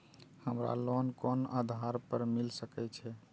हमरा लोन कोन आधार पर मिल सके छे?